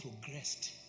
progressed